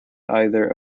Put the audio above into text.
either